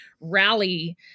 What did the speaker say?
rally